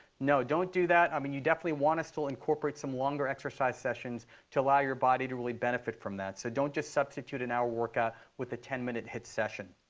no, don't do that. i mean, you definitely want to still incorporate some longer exercise sessions to allow your body to really benefit from that. so don't just substitute an hour workout with a ten minute hit session.